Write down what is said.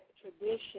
tradition